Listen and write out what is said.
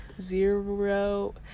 zero